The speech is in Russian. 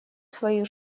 свою